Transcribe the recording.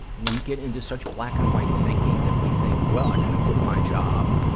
we get into such black and white thinking that we think, well, i gotta quit my job,